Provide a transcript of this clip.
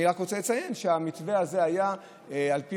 אני רק רוצה לציין שהמתווה הזה היה על פי